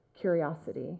curiosity